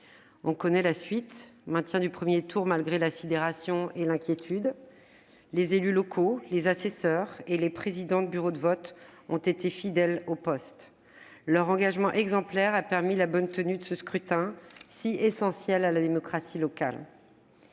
On connaît la suite : maintien du premier tour malgré la sidération et l'inquiétude. Les élus locaux, les assesseurs et les présidents de bureaux de vote ont été fidèles au poste : leur engagement exemplaire a permis la bonne tenue de ce scrutin, si essentiel à la démocratie locale.